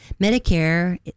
Medicare